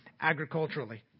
agriculturally